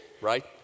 right